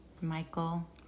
Michael